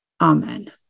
Amen